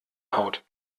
haut